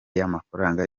y’amafaranga